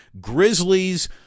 Grizzlies